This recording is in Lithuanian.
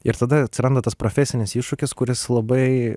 ir tada atsiranda tas profesinis iššūkis kuris labai